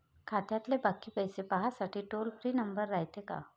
खात्यातले बाकी पैसे पाहासाठी टोल फ्री नंबर रायते का?